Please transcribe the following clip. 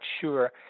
sure